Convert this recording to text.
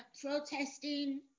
protesting